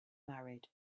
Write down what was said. married